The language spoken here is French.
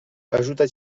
ajouta